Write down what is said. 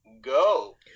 go